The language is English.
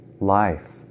life